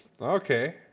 Okay